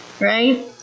right